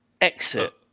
Exit